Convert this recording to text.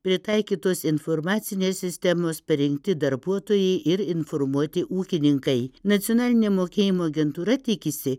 pritaikytos informacinės sistemos parengti darbuotojai ir informuoti ūkininkai nacionalinė mokėjimo agentūra tikisi